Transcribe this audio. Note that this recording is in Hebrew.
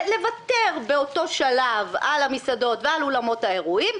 ולוותר באותו שלב על המסעדות ועל אולמות האירועים,